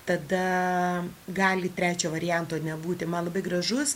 tada gali trečio varianto nebūti man labai gražus